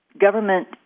government